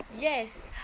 yes